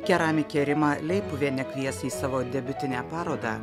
keramikė rima leipuvienė kvies į savo debiutinę parodą